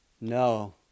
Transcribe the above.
No